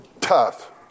tough